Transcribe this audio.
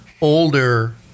older